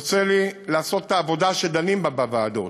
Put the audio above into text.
יוצא לי לעשות את העבודה שדנים בה בוועדות,